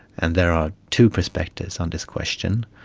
and there are two perspectives on this question.